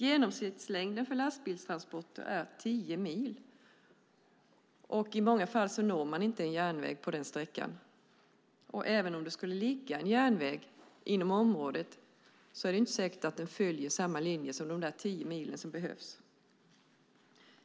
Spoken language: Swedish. Genomsnittslängden för lastbilstransporter är tio mil, och i många fall når man inte någon järnväg på den sträckan. Även om det skulle ligga en järnväg inom området är det inte säkert att den följer samma linje som de tio mil som behövs.